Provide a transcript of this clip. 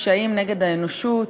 פשעים נגד האנושות,